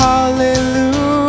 Hallelujah